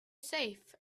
safe